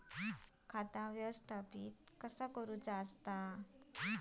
खाता व्यवस्थापित कसा करुचा असता?